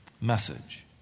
message